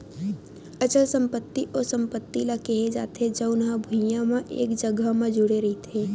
अचल संपत्ति ओ संपत्ति ल केहे जाथे जउन हा भुइँया म एक जघा म जुड़े रहिथे